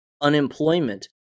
Unemployment